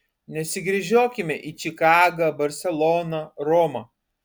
nesigręžiokime į čikagą barseloną romą